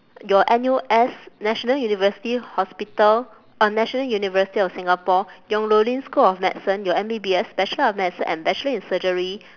your annual S national university hospital or national university of singapore yong loo lin school of medicine your M_B_B_S bachelor of medicine and bachelor in surgery